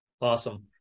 Awesome